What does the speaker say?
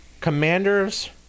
Commanders